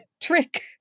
trick